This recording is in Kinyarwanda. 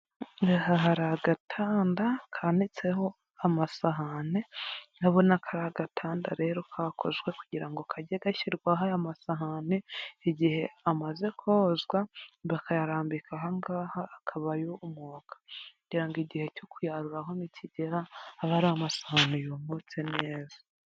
Aha hari agatanda kanitseho amasahane urabona ko ari agatanda rero kakozwe kugira ngo kajye gashyirwaho amasahani, igihe amaze kozwa bakayarambika aha ngaha akabayo yumuka kugira ngo igihe cyo kuyaruraho nikigera abe ari amasahani yumunsitse ni neza.